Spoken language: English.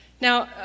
Now